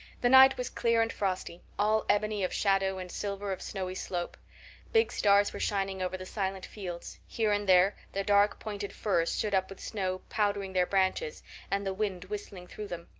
the night was clear and frosty, all ebony of shadow and silver of snowy slope big stars were shining over the silent fields here and there the dark pointed firs stood up with snow powdering their branches and the wind whistling through them.